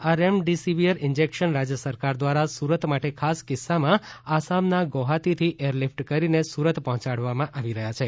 આ remdesivir injection રાજ્ય સરકાર દ્વારા સુરત માટે ખાસ કિસ્સામાં આસામના ગૌહતીથી એર લિફ્ટ કરીને સુરત પહોંચાડવામાં આવી રહ્યા છે